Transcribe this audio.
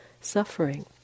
suffering